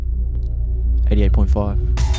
88.5